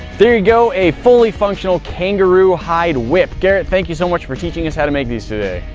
there you go. a fully functional kangaroo hide whip. garrett, thank you so much for teaching us how to make these today.